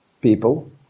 people